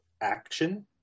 action